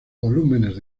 volúmenes